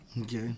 Okay